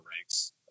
ranks